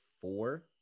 four